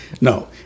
no